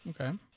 Okay